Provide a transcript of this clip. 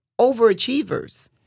overachievers